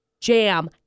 jam